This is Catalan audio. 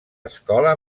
escola